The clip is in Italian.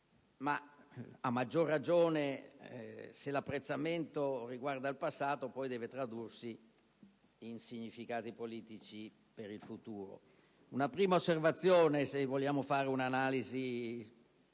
ma, a maggior ragione, se l'apprezzamento riguarda il passato poi deve tradursi in significati politici per il futuro. Una prima osservazione, se vogliamo fare un'analisi